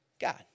God